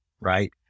right